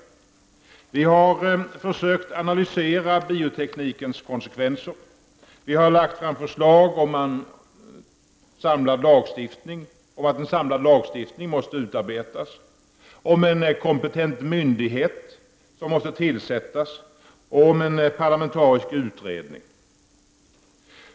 Vi i centerpartiet har försökt analysera bioteknikens konsekvenser, och vi har föreslagit att en samlad lagstiftning måste utarbetas, att en kompetent myndighet skall tillsättas och en parlamentarisk utredning.